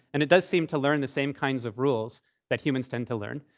and it does seem to learn the same kinds of rules that humans tend to learn.